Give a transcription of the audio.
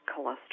cholesterol